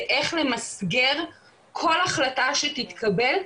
זה איך למסגר כל החלטה שתתקבל,